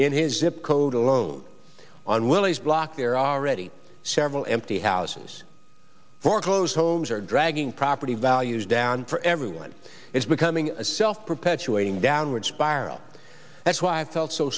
in his zip code alone on willis block there are already several empty houses foreclosed homes are dragging property values down for everyone it's becoming a self perpetuating downward spiral that's why i've felt so